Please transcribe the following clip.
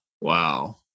wow